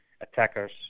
attackers